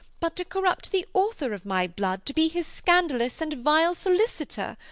but to corrupt the author of my blood to be his scandalous and vile solicitor?